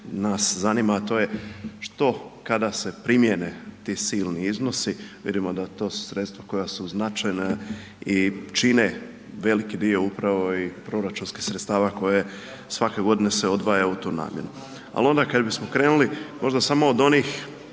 nas zanima a to je što kada se primjene ti silni iznosi, vidimo da to su sredstva koja su značajna i čine veliki dio upravo i proračunskih sredstava koje svake godine se odvaja u tu namjenu. Ali onda kada bismo krenuli, možda samo od onih